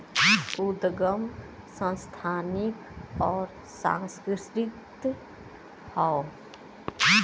उदगम संस्थानिक अउर सांस्कृतिक हौ